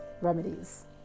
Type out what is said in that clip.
remedies